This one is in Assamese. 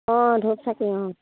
অঁ ধূপ চাকি অঁ